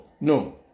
no